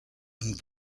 and